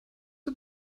are